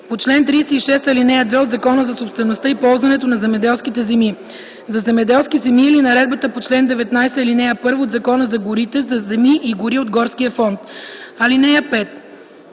по чл. 36, ал. 2 от Закона за собствеността и ползуването на земеделските земи – за земеделски земи или наредбата по чл. 19, ал. 1 от Закона за горите – за земи и гори от Горския фонд. (5)